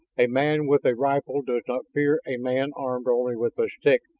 a man with a rifle does not fear a man armed only with a stick,